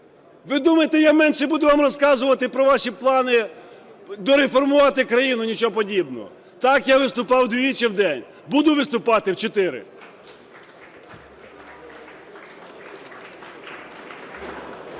Ви думаєте, я менше буду вам розказувати про ваші плани дореформувати країну? Нічого подібного. Так, я виступав двічі вдень – буду виступати чотири.